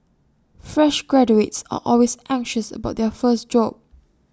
fresh graduates are always anxious about their first job